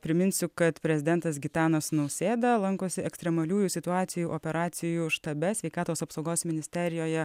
priminsiu kad prezidentas gitanas nausėda lankosi ekstremaliųjų situacijų operacijų štabe sveikatos apsaugos ministerijoje